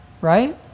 right